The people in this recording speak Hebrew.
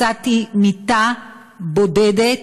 מצאתי מיטה בודדת,